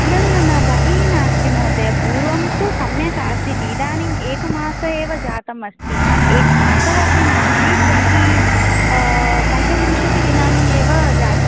न न न न बहिः नास्ति महोदय पूर्वं तु सम्यक् आसीत् इदानीम् एकमासः एव जातम् अस्ति एकमासः अपि नास्ति ट्वेण्टि पञ्चविंशतिदिनानि एव जा